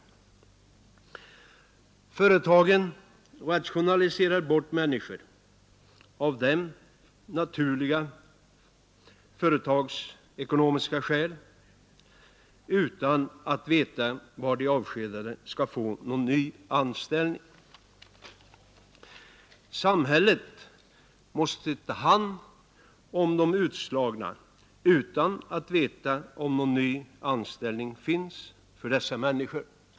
Företagen rationaliserar bort människor av för dem naturliga företagsekonomiska skäl utan att veta var de avskedade skall få någon ny anställning. Samhället måste ta hand om de utslagna utan att veta om någon ny anställning finns för dessa människor.